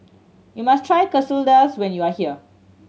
you must try Quesadillas when you are here